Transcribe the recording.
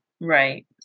Right